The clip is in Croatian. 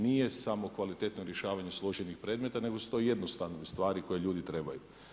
Nije sam kvalitetno rješavanje složenih predmeta nego su to jednostavne stvari koje ljudi trebaju.